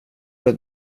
ditt